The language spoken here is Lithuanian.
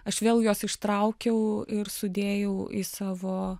aš vėl juos ištraukiau ir sudėjau į savo